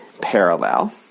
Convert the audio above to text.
parallel